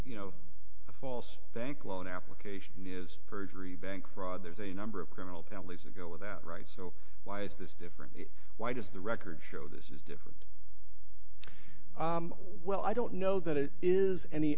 you know a false bank loan application is perjury bank fraud there's a number of criminal penalties a go with that right so why is this different why does the record show this is defo well i don't know that it is any